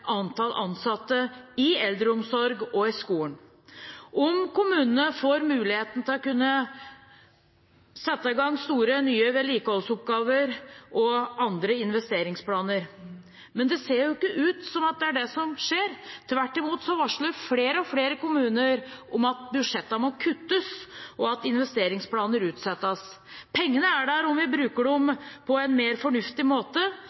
antall ansatte i eldreomsorgen og i skolen, om kommunene får muligheten til å sette i gang store, nye vedlikeholdsoppgaver og andre investeringer. Men det ser ikke ut som om det er det som skjer. Tvert imot varsler flere og flere kommuner at budsjetter må kuttes, og at investeringsplaner utsettes. Pengene er der om vi bruker dem på en mer fornuftig måte